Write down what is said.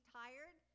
tired